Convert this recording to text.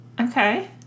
Okay